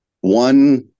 one